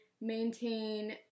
maintain